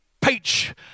page